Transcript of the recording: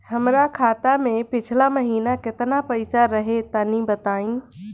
हमरा खाता मे पिछला महीना केतना पईसा रहे तनि बताई?